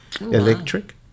electric